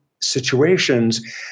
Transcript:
situations